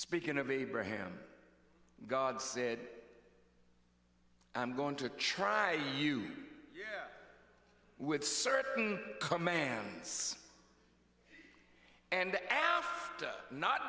speaking of abraham god said i'm going to try you with certain commandments and